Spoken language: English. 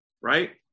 right